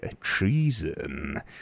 treason